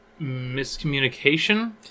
miscommunication